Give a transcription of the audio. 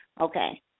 okay